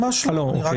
ממש לא.